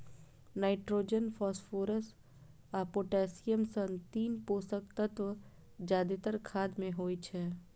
nitrogen, phosphorus आ potassium सन तीन पोषक तत्व जादेतर खाद मे होइ छै